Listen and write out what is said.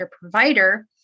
provider